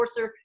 Forcer